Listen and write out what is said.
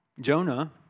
Jonah